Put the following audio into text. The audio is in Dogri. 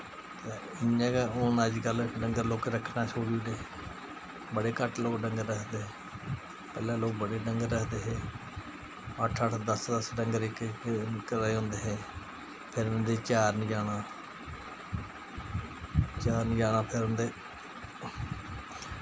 ते इ'यां गै हून अज्जकल डंगर लोकें रक्खना छोड़ी ओड़े बड़े घट्ट लोग डंगर रखदे पैह्लें लोक बड़े डंगर रखदे हे अट्ठ अट्ठ दस दस डंगर इक इक घरा दे होंदे हे ते फिर उ'नें गी चारन जाना चारन जाना फिर उं'दे